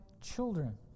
children